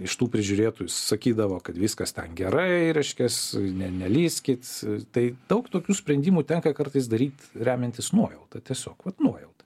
iš tų prižiūrėtojų sakydavo kad viskas ten gerai reiškias ne nelįskit tai daug tokių sprendimų tenka kartais daryt remiantis nuojauta tiesiog vat nuojauta